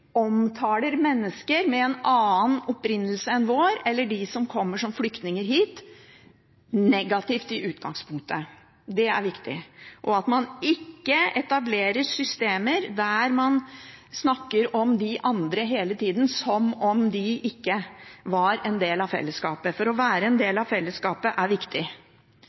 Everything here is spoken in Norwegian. omtaler mennesker med en annen opprinnelse enn vår, eller de som kommer hit som flyktninger, negativt i utgangspunktet – det er viktig – og at man ikke etablerer systemer der man snakker om «de andre» hele tida, som om de ikke var en del av fellesskapet. For å være en del av fellesskapet er viktig.